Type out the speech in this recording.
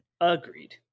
Agreed